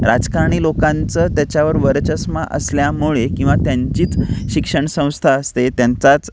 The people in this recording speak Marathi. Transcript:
राजकारणी लोकांचं त्याच्यावर वरचष्मा असल्यामुळे किंवा त्यांचीच शिक्षणसंस्था असते त्यांचाच